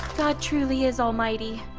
god truly is almighty!